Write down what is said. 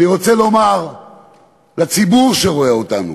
אני רוצה לומר לציבור שרואה אותנו,